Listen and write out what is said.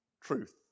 truth